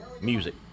music